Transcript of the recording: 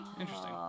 Interesting